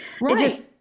Right